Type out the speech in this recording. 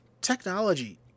Technology